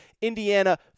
Indiana